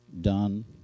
done